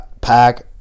pack